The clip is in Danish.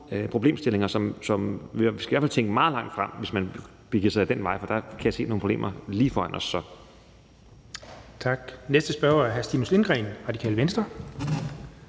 problemstillinger, og vi skal i hvert fald tænke meget langt frem, hvis vi begiver os den vej, for der kan jeg se nogle problemer lige foran os. Kl. 11:51 Den fg. formand (Jens Henrik Thulesen